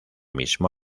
mismo